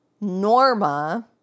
Norma